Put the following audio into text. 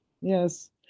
Yes